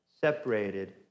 separated